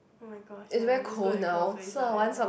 oh-my-gosh ya lah just go that kind of place lah ya